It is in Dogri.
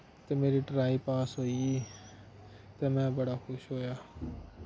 ते मेरी ट्राई पास होई ते में बड़ा खुश होएआ